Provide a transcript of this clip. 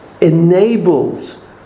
enables